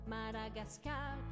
Madagascar